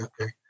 okay